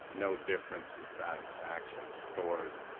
no difference in satisfaction scores.